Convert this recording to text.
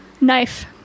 Knife